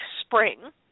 spring